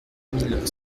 mille